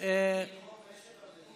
השר בן